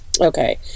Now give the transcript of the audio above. Okay